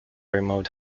remote